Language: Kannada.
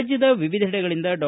ರಾಜ್ಯದ ವಿವಿಧೆಡೆಗಳಿಂದ ಡಾ